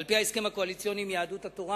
על-פי ההסכם הקואליציוני עם יהדות התורה